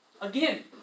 again